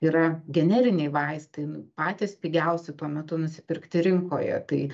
yra generiniai vaistai n patys pigiausi tuo metu nusipirkti rinkoje tai